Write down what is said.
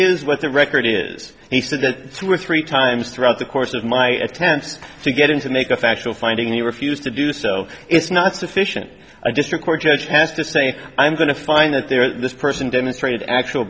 the record is he said that two or three times throughout the course of my tent to get him to make a factual finding he refused to do so it's not sufficient a district court judge has to say i'm going to find that there is this person demonstrated actual